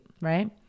Right